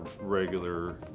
regular